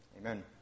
Amen